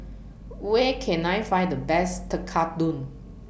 Where Can I Find The Best Tekkadon